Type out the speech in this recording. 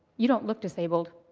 you don't look disabled.